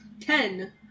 Ten